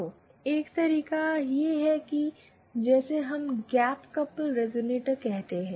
तो एक तरीका यह है कि जिसे हम गैप कपल रेज़ोनेटर कहते हैं